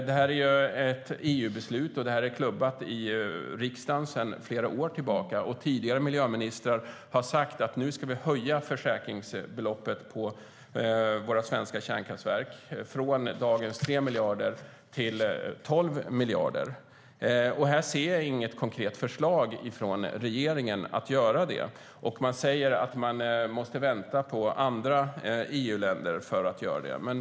Det är ett EU-beslut, och det klubbades i riksdagen för flera år sedan. Tidigare miljöministrar har sagt att vi ska höja försäkringsbeloppet på våra svenska kärnkraftverk från dagens 3 miljarder till 12 miljarder. Här ser jag inget konkret förslag från regeringen. Regeringen säger att man måste vänta på andra EU-länder för att kunna göra det.